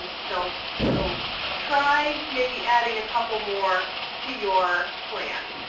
and so so try maybe adding a couple more to your plan.